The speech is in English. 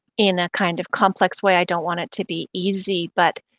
in kind of complex way. i don't want it to be easy, but